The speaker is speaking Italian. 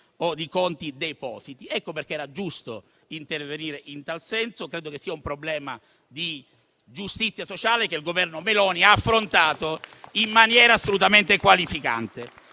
o di conti depositi. Ecco perché era giusto intervenire in tal senso: credo che sia un problema di giustizia sociale che il Governo Meloni ha affrontato in maniera assolutamente qualificante.